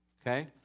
Okay